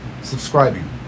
subscribing